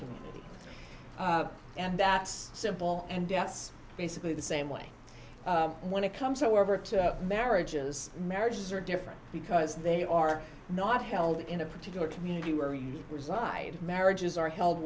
can and that's simple and debts basically the same way when it comes however to marriages marriages are different because they are not held in a particular community where you reside marriages are held